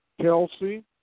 Kelsey